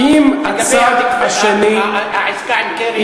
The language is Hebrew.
לגבי העסקה עם קרי?